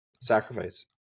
sacrifice